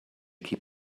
keep